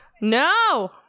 No